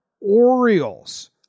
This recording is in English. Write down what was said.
Orioles